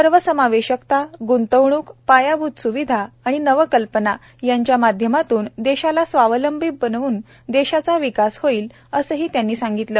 सर्वसमावेशकता ग्रंतवणूक पायाभूत सुविधा आणि नवकल्पना यांच्या माध्यमातून देशाला स्वावलंबी बनवून देशाचा विकास होईल असंही त्यांनी सांगितलं